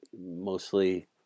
Mostly